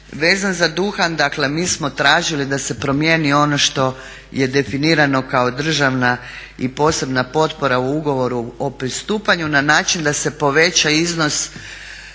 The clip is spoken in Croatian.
vezan za duhan. Dakle, mi smo tražili da se promijeni ono što je definirano kao državna i posebna potpora u ugovoru o pristupanju na način da se poveća iznos